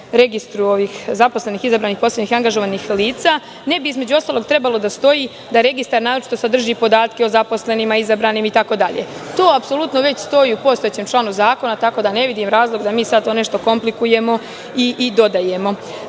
registru zaposlenih izabranih, postavljenih i angažovanih lica, ne bi trebalo da stoji da registar naročito sadrži podatke o zaposlenima, izabranima itd. To već stoji u postojećem članu zakona, tako da ne vidim razlog da nešto komplikujemo i dodajemo. Što